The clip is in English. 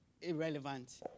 irrelevant